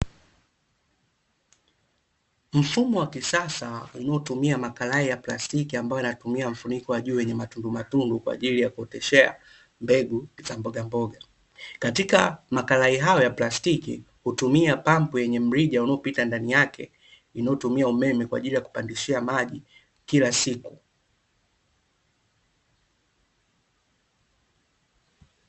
Mfumo wa kisasa unaotumia makalai ya plastiki ambayo yanatumia mfuniko wa juu wenye matundumatundu, kwaajili ya kuoteshea mbegu za mbogamboga; katika makalai hayo ya plastiki, hutumia pampu yenye mrija unaopita ndani yake, inayotumia umeme kwaajili ya kupandishia maji kila siku.